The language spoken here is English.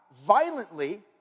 violently